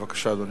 בבקשה, אדוני.